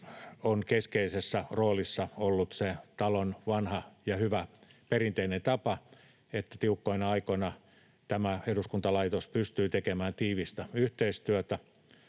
on keskeisessä roolissa ollut se talon vanha ja hyvä perinteinen tapa, että tiukkoina aikoina tämä eduskuntalaitos pystyy tekemään tiivistä yhteistyötä,